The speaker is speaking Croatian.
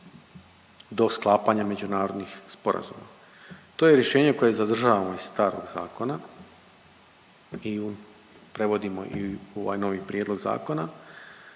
do sklapanja međunarodnih sporazuma. To je rješenje koje zadržavamo iz starog zakona, i u prevodimo i u ovaj novi prijedlog zakona